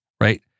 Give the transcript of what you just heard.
right